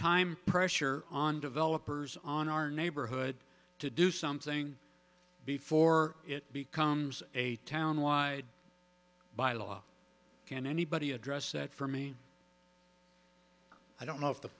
time pressure on developers on our neighborhood to do something before it becomes a town wide by law can anybody address that for me i don't know if the